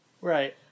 Right